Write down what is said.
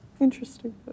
Interesting